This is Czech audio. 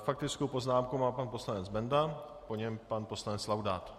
Faktickou poznámku má pan poslanec Benda, po něm pan poslanec Laudát.